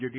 GT